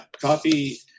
Coffee